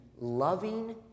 loving